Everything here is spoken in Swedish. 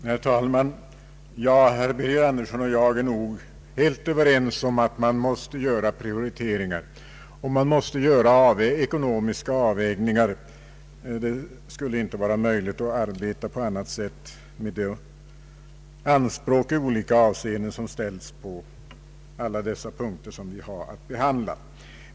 Herr talman! Herr Birger Andersson och jag är nog helt överens om att man måste göra prioriteringar och ekonomiska avvägningar. Det skulle inte vara möjligt att arbeta på annat sätt med de anspråk i olika avseenden som ställts på alla punkter som vi har att behandla.